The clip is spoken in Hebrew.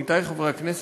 עמיתי חברי הכנסת,